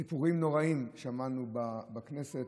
סיפורים נוראיים שמענו בכנסת: